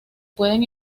pueden